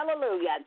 hallelujah